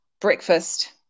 breakfast